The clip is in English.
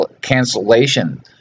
cancellation